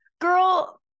girl